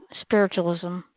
spiritualism